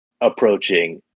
approaching